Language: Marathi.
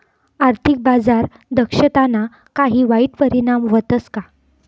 आर्थिक बाजार दक्षताना काही वाईट परिणाम व्हतस का